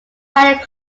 higher